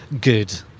good